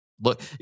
look